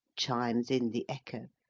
chimes in the echo,